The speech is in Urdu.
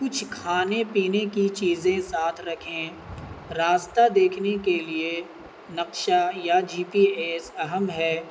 کچھ کھانے پینے کی چیزیں ساتھ رکھیں راستہ دیکھنے کے لیے نقشہ یا جی پی ایس اہم ہے